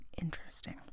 interesting